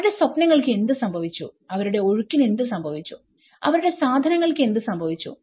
അവരുടെ സ്വപ്നങ്ങൾക്ക് എന്ത് സംഭവിച്ചു അവരുടെ ഒഴുക്കിന് എന്ത് സംഭവിച്ചു അവരുടെ സാധനങ്ങൾക്ക് എന്ത് സംഭവിച്ചു